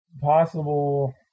possible